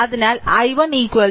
അതിനാൽ i1 v1 v3 by 0